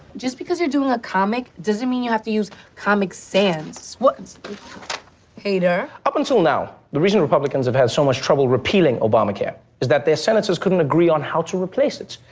just because you're doing a comic doesn't mean you have to use comic sans. what's hader up until now. the reason republicans have had so much trouble repealing obamacare is that their senators couldn't agree on how to replace it.